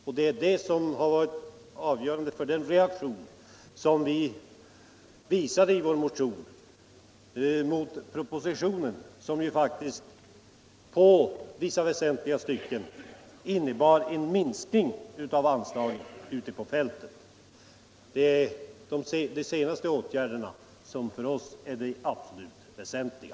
Det är också det som varit avgörande för den reaktion som vi visat i vår motion med anledning av propositionen, som i väsentliga stycken innebar en minskning av anslaget till verksamheten ute på fältet. Det är den verksamheten som för oss är det absolut mest väsentliga.